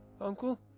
Uncle